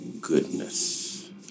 goodness